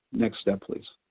next step please.